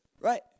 Right